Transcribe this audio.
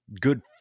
good